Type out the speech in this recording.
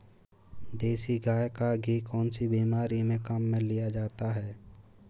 देसी गाय का घी कौनसी बीमारी में काम में लिया जाता है?